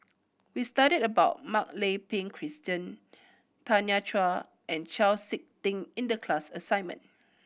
we studied about Mak Lai Peng Christine Tanya Chua and Chau Sik Ting in the class assignment